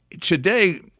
today